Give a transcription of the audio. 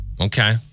Okay